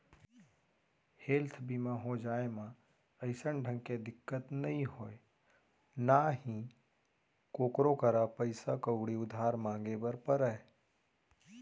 health बीमा हो जाए म अइसन ढंग के दिक्कत नइ होय ना ही कोकरो करा पइसा कउड़ी उधार मांगे बर परय